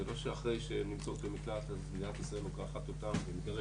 זה לא שאחרי שהן נמצאות במקלט מדינת ישראל לוקחת אותן ומגרשת.